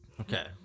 Okay